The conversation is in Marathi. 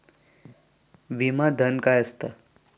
विमा धन काय असता?